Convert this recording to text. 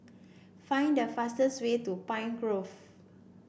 find the fastest way to Pine Grove